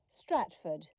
Stratford